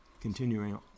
continuing